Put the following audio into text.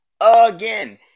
Again